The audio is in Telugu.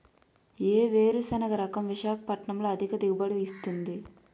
ఏ వేరుసెనగ రకం విశాఖపట్నం లో అధిక దిగుబడి ఇస్తుంది?